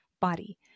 body